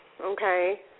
okay